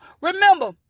Remember